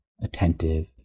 attentive